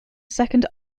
second